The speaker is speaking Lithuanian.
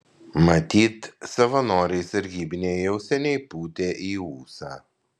matyt savanoriai sargybiniai jau seniai pūtė į ūsą